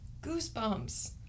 Goosebumps